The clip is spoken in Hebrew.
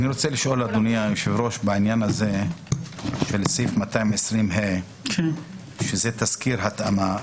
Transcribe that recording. אדוני היושב-ראש, בעניין 220ה שזה תסקיר התאמה,